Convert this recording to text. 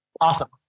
Awesome